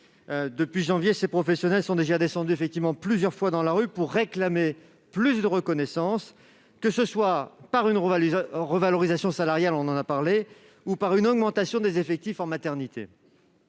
depuis janvier, ces professionnels sont déjà descendus plusieurs fois dans la rue pour réclamer davantage de reconnaissance, que ce soit par le biais d'une revalorisation salariale- on vient d'en parler -ou par une augmentation des effectifs dans les maternités.